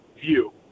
view